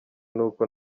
n’uko